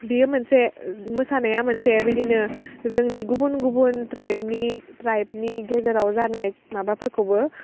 बियो मोनसे मोसानाया मोनसे बिदिनो जोंनि गुबुन गुबुन ट्राइबनि ट्राइबनि गेजेराव जानाय माबाफोरखौबो